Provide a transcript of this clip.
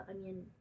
onion